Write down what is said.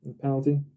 penalty